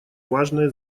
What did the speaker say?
важное